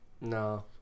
No